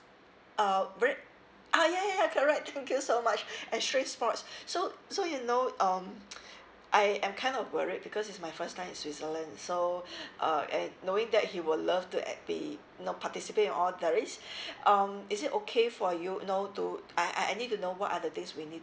uh very ah ya ya ya correct thank you so much extreme sports so so you know um I am kind of worried because it's my first time to switzerland so uh and knowing that he will love to at be you know participate in all the risk um is it okay for you know to I I need to know what are the things we need